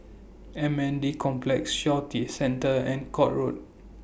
M N D Complex Shaw Centre and Court Road